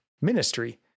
ministry